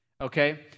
okay